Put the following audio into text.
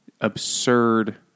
absurd